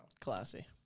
Classy